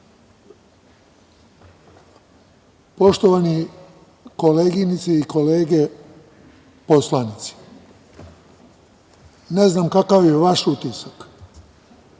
koleginice i kolege poslanici, ne znam kakav je vaš utisak,